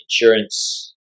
insurance